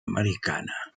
americana